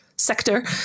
sector